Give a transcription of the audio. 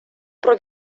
про